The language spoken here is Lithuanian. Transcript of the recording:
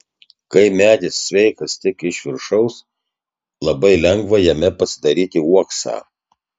kai medis sveikas tik iš viršaus labai lengva jame pasidaryti uoksą